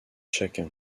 chacun